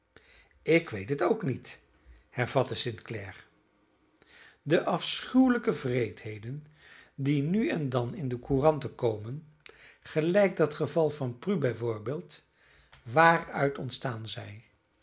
ik weet het ook niet hervatte st clare de afschuwelijke wreedheden die nu en dan in de couranten komen gelijk dat geval van prue bij voorbeeld waaruit ontstaan zij